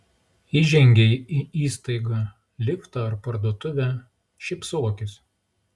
įžengei į įstaigą liftą ar parduotuvę šypsokis